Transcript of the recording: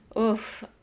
Oof